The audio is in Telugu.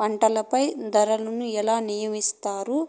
పంటపై ధరలను ఎలా నిర్ణయిస్తారు యిస్తారు?